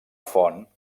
font